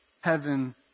heaven